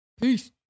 peace